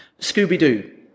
Scooby-Doo